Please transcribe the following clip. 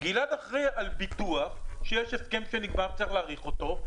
גלעד אחראי על ביטוח שיש הסכם שנקבע וצריך להאריך אותו,